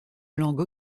langue